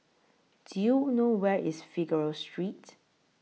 Do YOU know Where IS Figaro Street